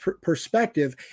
perspective